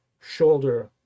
shoulder